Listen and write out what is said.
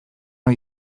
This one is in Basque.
ohi